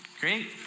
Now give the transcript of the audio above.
Great